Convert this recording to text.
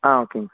ஆ ஓகேங்க சார்